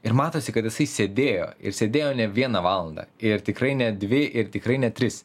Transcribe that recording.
ir matosi kad jisai sėdėjo ir sėdėjo ne vieną valandą ir tikrai ne dvi ir tikrai ne tris